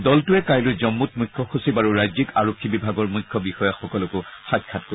দলটোৱে কাইলৈ জম্মুত মুখ্য সচিব আৰু ৰাজ্যিক আৰক্ষী বিভাগৰ মুখ্য বিষয়াসকলকো সাক্ষাৎ কৰিব